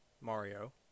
Mario